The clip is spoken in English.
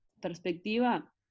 perspectiva